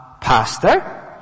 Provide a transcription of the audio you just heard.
pastor